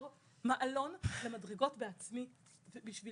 או שאני צריכה לשכור מעלון למדרגות בעצמי בשביל